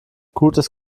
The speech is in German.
gutes